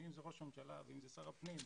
אם זה ראש הממשלה ושר הפנים,